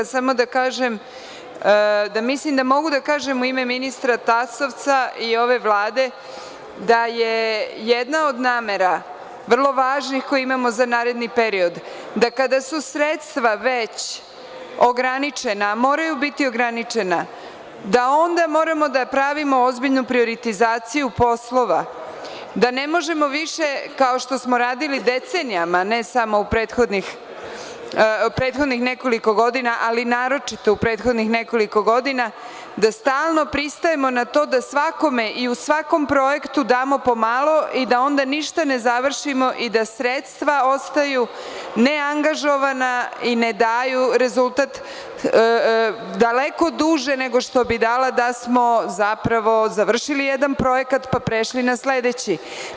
Mislim da mogu da kažem u ime ministra Tasovca i ove Vlade da je jedna od namera, vrlo važnih, koje imamo za naredni period, da kada su sredstva već ograničena, moraju biti ograničena, da onda moramo da pravimo ozbiljnu prioritizaciju poslova, da ne možemo više kao što smo radili decenijama, ne samo u prethodnih nekoliko godina, ali naročito u prethodnih nekoliko godina, da stalno pristajemo na to da svakome i u svakom projektu damo po malo i da onda ništa ne završimo ili da sredstva ostaju neangažovana i ne daju rezultat daleko duže nego da smo zapravo završili jedan projekat pa prešli na sledeći.